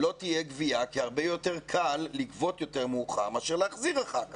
שלא תהיה גבייה כי הרבה יותר קל לגבות יותר מאוחר מאשר להחזיר אחר כך,